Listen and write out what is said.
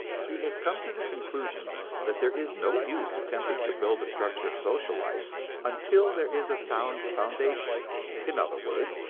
he has come to the conclusion that there is no use attempting to build a structure of social life until there is a sound foundation in other words,